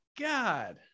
God